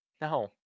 No